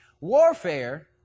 warfare